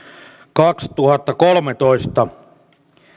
kaksituhattakolmetoista